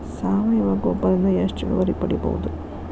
ಸಾವಯವ ಗೊಬ್ಬರದಿಂದ ಎಷ್ಟ ಇಳುವರಿ ಪಡಿಬಹುದ?